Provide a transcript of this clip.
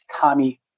Tommy